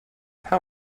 how